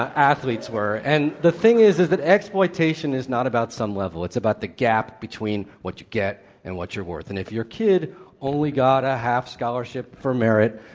athletes were. and the thing is is that exploitation is not about some level. it's about the gap between what you get and what you're worth. and if your kid only got a half scholarship for merit,